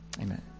Amen